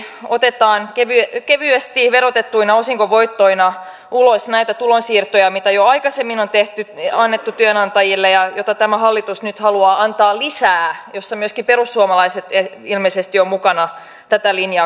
jatkuvasti otetaan kevyesti verotettuina osinkovoittoina ulos näitä tulonsiirtoja mitä jo aikaisemmin on annettu työnantajille ja mitä tämä hallitus nyt haluaa antaa lisää ja myöskin perussuomalaiset ilmeisesti ovat mukana tätä linjaa kannattamassa